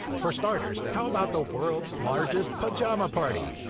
for starters, how about the world's largest pajama party?